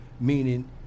Meaning